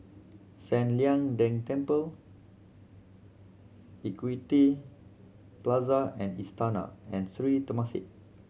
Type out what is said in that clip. San Lian Deng Temple Equity Plaza and Istana and Sri Temasek